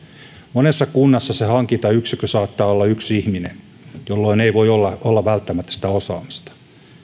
monessa kunnassa se hankintayksikkö saattaa olla yksi ihminen jolloin ei voi olla olla välttämättä sitä osaamista